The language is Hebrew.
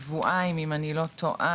כשבועיים אם אני לא טועה,